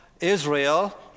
Israel